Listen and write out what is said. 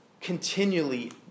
continually